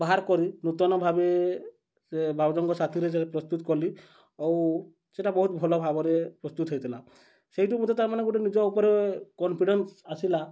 ବାହାର କରି ନୂତନ ଭାବେ ସେ ଭାଉଜଙ୍କ ସାଥିରେ ସେ ପ୍ରସ୍ତୁତ କଲି ଆଉ ସେଟା ବହୁତ ଭଲ ଭାବରେ ପ୍ରସ୍ତୁତ ହେଇଥିଲା ସେଇଠୁ ମଧ୍ୟ ତା'ର ମାନେ ଗୋଟେ ନିଜ ଉପରେ କନଫିଡ଼େନ୍ସ ଆସିଲା